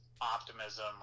optimism